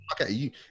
okay